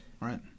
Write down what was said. right